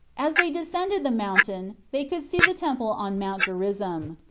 as they descended the mountain they could see the temple on mount garizim.